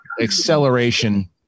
acceleration